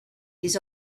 his